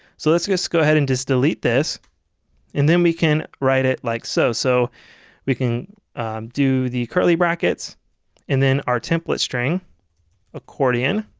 so let's go let's go ahead and just delete this and then we can write it like so. so we can do the curly brackets and then our template string accordion.